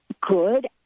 good